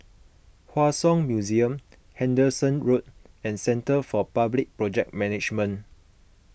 Hua Song Museum Henderson Road and Centre for Public Project Management